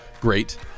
great